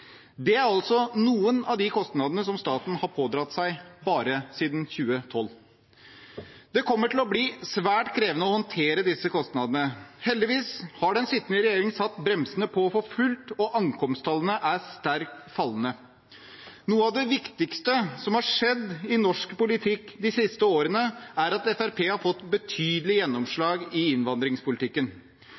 Det er altså noen av de kostnadene som staten har pådratt seg bare siden 2012. Det kommer til å bli svært krevende å håndtere disse kostnadene. Heldigvis har den sittende regjering satt bremsene på for fullt, og ankomsttallene er sterkt fallende. Noe av det viktigste som har skjedd i norsk politikk de siste årene, er at Fremskrittspartiet har fått betydelig gjennomslag i innvandringspolitikken.